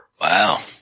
Wow